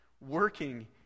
working